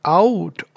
out